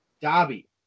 Dobby